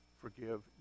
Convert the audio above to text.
forgive